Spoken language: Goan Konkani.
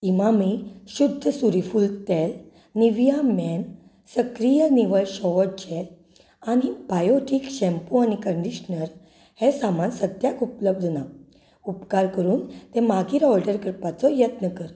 इमामी शुध्द सूर्यफूल तेल निव्हिया मेन सक्रिय निवळ शॉवर जॅल आनी बायोटीक शाम्पू आनी कंडिशनर हें सामान सद्याक उपलब्ध ना उपकार करून तें मागीर ऑर्डर करपाचो यत्न कर